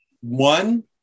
one